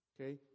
Okay